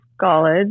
college